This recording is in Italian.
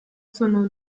sono